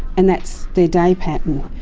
and that's their day pattern.